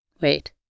Wait